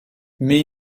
mais